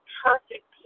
perfect